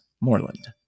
Moreland